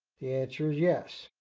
the answer is yes.